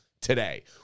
today